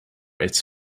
its